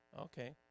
Okay